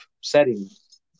settings